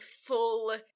full